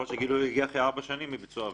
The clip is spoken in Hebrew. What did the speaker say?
יכול להיות שהגילוי יגיע ארבע שנים אחרי ביצוע העבירה.